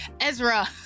Ezra